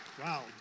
Wow